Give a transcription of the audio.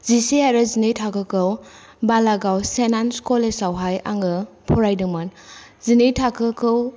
जिसे आरो जिनै थाखोखौ बालागाव सेण्ट आन्स कलेजावहाय आङो फरायदोंमोन जिनै थाखोखौ